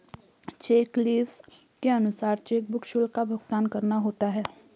check leaves के अनुसार chequebook शुल्क का भुगतान करना होता है